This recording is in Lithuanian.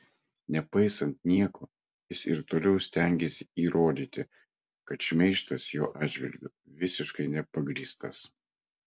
nepaisant nieko jis ir toliau stengiasi įrodyti kad šmeižtas jo atžvilgiu visiškai nepagrįstas